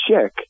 check